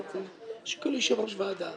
מכיוון שאתה יושב-ראש הוועדה,